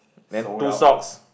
then two socks